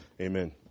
amen